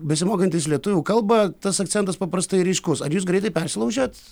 besimokantys lietuvių kalbą tas akcentas paprastai ryškus ar jūs greitai persilaužėt